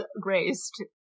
graced